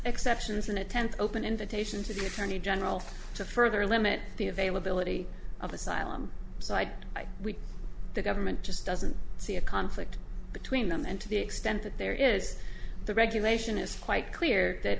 exceptions in a tent open invitation to the attorney general to further limit the availability of asylum so i'd like the government just doesn't see a conflict between them and to the extent that there is the regulation is quite clear that